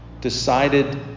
decided